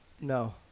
No